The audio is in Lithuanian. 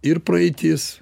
ir praeitis